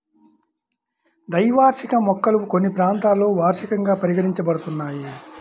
ద్వైవార్షిక మొక్కలు కొన్ని ప్రాంతాలలో వార్షికంగా పరిగణించబడుతున్నాయి